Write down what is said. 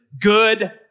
Good